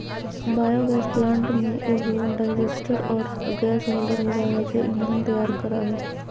biogas plant में एगो digester आरो गैस होल्डर होबा है जे ईंधन तैयार करा हइ